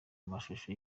mashusho